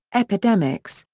epidemics,